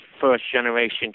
first-generation